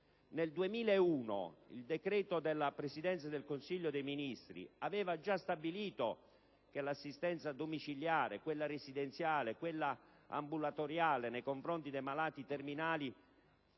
Nel 2001 un decreto del Presidente del Consiglio dei ministri aveva già stabilito che l'assistenza domiciliare e quella residenziale e ambulatoriale nei confronti dei malati terminali